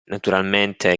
naturalmente